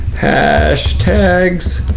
hashtags,